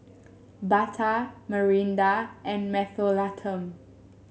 Bata Mirinda and Mentholatum